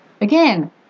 Again